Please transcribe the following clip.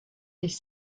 les